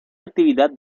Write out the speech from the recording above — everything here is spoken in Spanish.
actividad